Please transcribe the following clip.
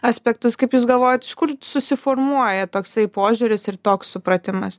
aspektus kaip jūs galvojat iš kur susiformuoja toksai požiūris ir toks supratimas